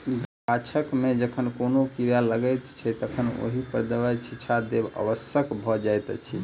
गाछ मे जखन कोनो कीड़ा लाग लगैत छै तखन ओहि पर दबाइक छिच्चा देब आवश्यक भ जाइत अछि